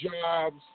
Jobs